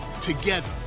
together